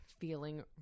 feeling